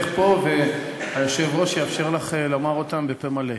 פה והיושב-ראש יאפשר לך לומר אותן בפה מלא.